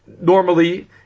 normally